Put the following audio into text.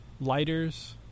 Lighters